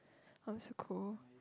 oh so cool